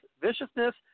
viciousness